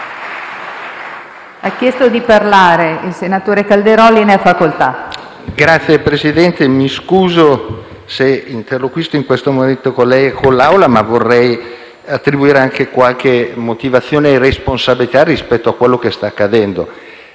Signor Presidente, mi scuso se interloquisco in questo momento con lei e con l'Assemblea, ma vorrei attribuire anche qualche motivazione e responsabilità rispetto a quanto sta accadendo.